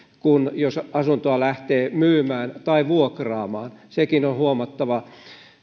jos asuntoa lähtee myymään tai vuokraamaan sekin on huomattava